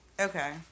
Okay